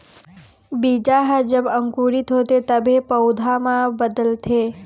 बीजा ह जब अंकुरित होथे तभे पउधा म बदलथे